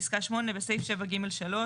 פסקה 8. בסעיף 7(ג)(3).